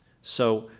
so